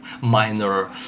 minor